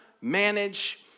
manage